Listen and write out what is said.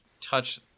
touch